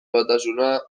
batasuna